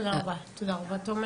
תודה רבה, תומר.